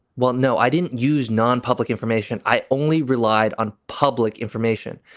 well, no, i didn't use non-public information. i only relied on public information,